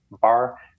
Bar